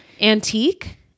antique